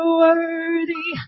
worthy